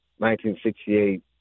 1968